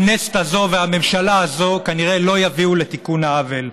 הכנסת הזאת והממשלה הזאת כנראה לא יביאו לתיקון העוול.